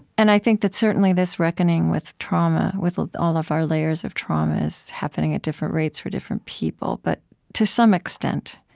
and i think that certainly, this reckoning with trauma, with all of our layers of trauma, is happening at different rates for different people. but to some extent,